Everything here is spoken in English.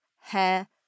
hair